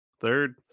Third